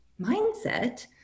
mindset